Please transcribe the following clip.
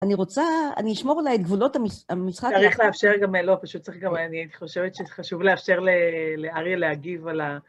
אני רוצה, אני אשמור אולי את גבולות המשחק. -צריך לאפשר גם, לא, פשוט צריך גם, אני חושבת שחשוב לאפשר לאריה להגיב על ה...